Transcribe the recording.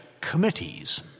committees